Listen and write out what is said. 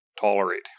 tolerate